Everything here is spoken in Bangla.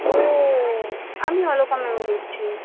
ও আমি অলকা ম্যাম বলছি